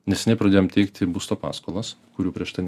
neseniai pradėjom teikti būsto paskolas kurių prieš tai